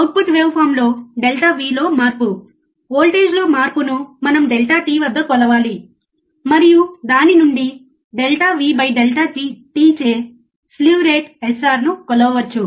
output waveform లో ∆V లో మార్పు వోల్టేజ్లో మార్పును మనం ∆t వద్ద కొలవాలి మరియు దాని నుండి ∆V∆tచే స్లీవ్ రేట్ SR ను కొలవవచ్చు